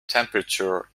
temperature